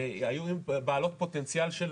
שהיו בעלות פוטנציאל של,